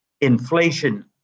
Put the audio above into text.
inflation